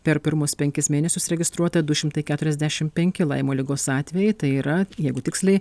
per pirmus penkis mėnesius registruota du šimtai keturiasdešim penki laimo ligos atvejai tai yra jeigu tiksliai